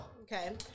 Okay